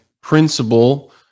principle